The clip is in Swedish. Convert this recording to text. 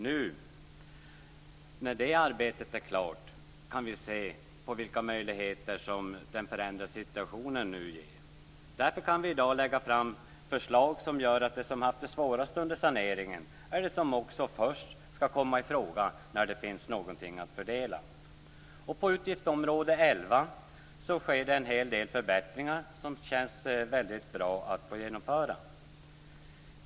Nu när det arbetet är klart kan vi se på vilka möjligheter som den förändrade situationen ger. Därför kan vi i dag lägga fram förslag som gör att de som haft det svårast under saneringen är de som först skall komma i fråga när det finns någonting att fördela. På utgiftsområde 11 sker det en hel del förbättringar som det känns väldigt bra att få genomföra.